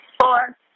four